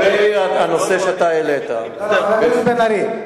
חבר הכנסת בן-ארי,